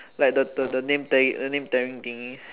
like the the the the name the name tearing thingy